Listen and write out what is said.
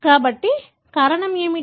కాబట్టి కారణం ఏమిటి